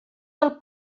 del